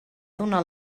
donar